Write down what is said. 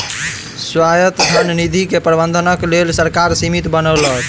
स्वायत्त धन निधि के प्रबंधनक लेल सरकार समिति बनौलक